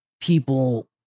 people